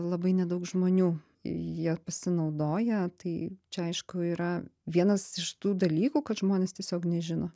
labai nedaug žmonių ja pasinaudoja tai čia aišku yra vienas iš tų dalykų kad žmonės tiesiog nežino